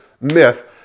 myth